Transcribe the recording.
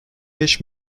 beş